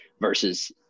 versus